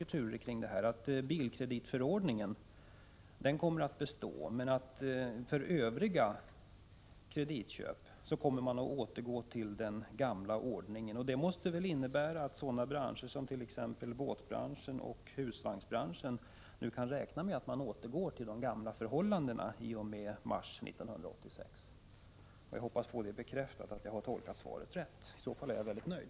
1985/86:61 kreditvillkoren — kommer bilkreditförordningen att bestå, men det blir en — 17 januari 1986 återgång till den gamla ordningen när det gäller övriga kreditköp. Det måste väl innebära att sådana branscher som t.ex. båtbranschen och husvagnsbranschen nu kan räkna med att de gamla förhållandena skall råda efter mars 1986. Jag hoppas få bekräftat att jag på den punkten har tolkat svaret rätt. I så fall är jag mycket nöjd.